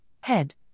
head